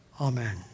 Amen